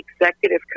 Executive